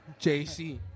JC